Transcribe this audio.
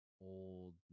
old